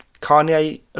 Kanye